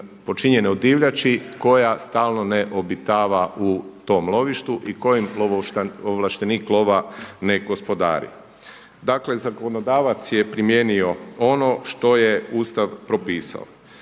počinjene od divljači koja stalno ne obitava u tom lovištu i kojim ovlaštenik lova ne gospodari. Dakle zakonodavac je primijenio ono što je Ustav propisao.